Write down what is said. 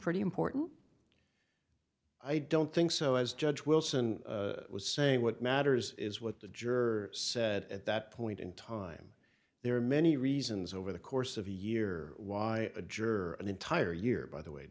pretty important i don't think so as judge wilson was saying what matters is what the juror said at that point in time there are many reasons over the course of a year why a juror an entire year by the way